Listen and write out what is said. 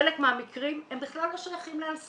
חלק מהמקרים הם בכלל לא שייכים ל"אל סם"